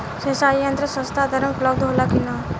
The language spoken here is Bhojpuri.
सिंचाई यंत्र सस्ता दर में उपलब्ध होला कि न?